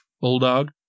Bulldog